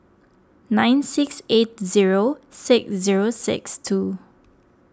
nine six eight zero six zero six two